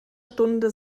stunde